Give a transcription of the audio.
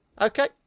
Okay